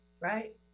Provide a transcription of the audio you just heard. right